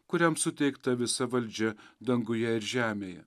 kuriam suteikta visa valdžia danguje ir žemėje